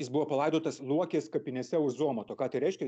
jis buvo palaidotas luokės kapinėse už zuomato ką tai reiškia